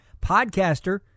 podcaster